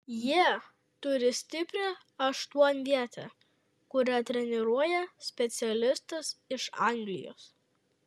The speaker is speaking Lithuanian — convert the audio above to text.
jie turi stiprią aštuonvietę kurią treniruoja specialistas iš anglijos